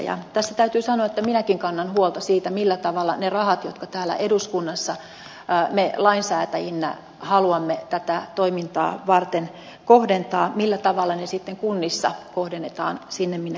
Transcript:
tässä täytyy sanoa että minäkin kannan huolta siitä millä tavalla ne rahat jotka täällä eduskunnassa me lainsäätäjinä haluamme tätä toimintaa varten kohdentaa sitten kunnissa kohdennetaan sinne minne ne kuuluvat